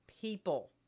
People